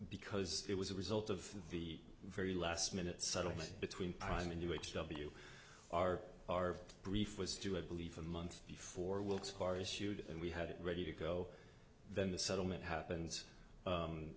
because it was a result of the very last minute settlement between prime and you h w r our brief was do i believe a month before wilkes barre issued and we had it ready to go then the settlement happens